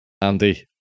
Andy